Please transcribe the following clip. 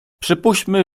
przypuśćmy